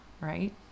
right